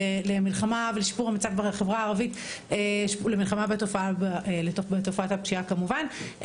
למלחמה ולשיפור המצב בחברה הערבית ולמלחמה בתופעת הפשיעה כמובן,